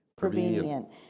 Provenient